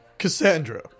Cassandra